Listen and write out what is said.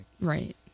right